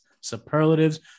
superlatives